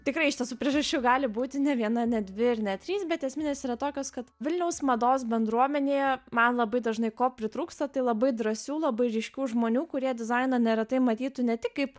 tikrai iš tiesų priežasčių gali būti ne viena ne dvi ar net trys bet esminės yra tokios kad vilniaus mados bendruomenėje man labai dažnai ko pritrūksta tai labai drąsių labai ryškių žmonių kurie dizainą neretai matytų ne tik kaip